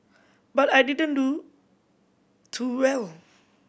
but I didn't do too well